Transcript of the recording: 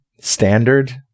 standard